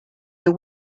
the